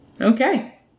Okay